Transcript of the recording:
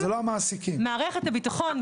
מערכת הביטחון,